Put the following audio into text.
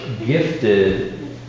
gifted